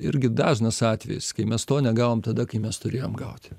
irgi dažnas atvejis kai mes to negavom tada kai mes turėjom gauti